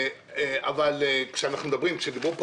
אבל חלקנו,